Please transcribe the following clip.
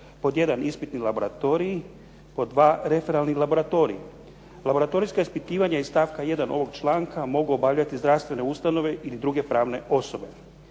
pod 1. ispitni laboratoriji, pod 2. referalni laboratoriji. Laboratorijska ispitivanja iz stavka 1. ovog članka mogu obavljati zdravstvene ustanove ili druge pravne osobe.